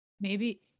Maybe-